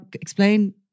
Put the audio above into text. explain